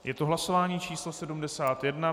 Je to hlasování číslo 71.